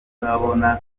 bazabona